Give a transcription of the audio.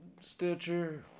Stitcher